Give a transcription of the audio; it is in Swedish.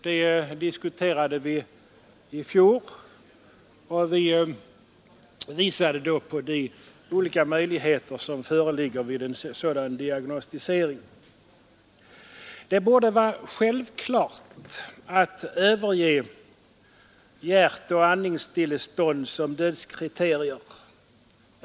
Vi diskuterade denna sak i fjol, och då redovisade vi de olika möjligheter som föreligger för en sådan diagnostisering. Det borde vara självklart att överge hjärtoch andningsstillestånd som dödskriterium.